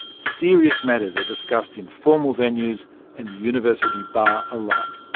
serious matters are discussed in formal venues and the university bar alike.